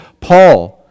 Paul